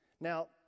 Now